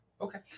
Okay